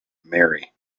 mary